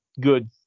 good